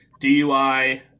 DUI